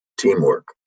teamwork